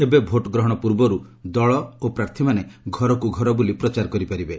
ଏବେ ଭୋଟ୍ଗ୍ରହଣ ପୂର୍ବରୁ ଦଳ ଓ ପ୍ରାର୍ଥୀମାନେ ଘରକୁ ଘର ବୁଲି ପ୍ରଚାର କରିପାରିବେ